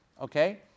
okay